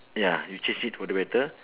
ya you change it for the better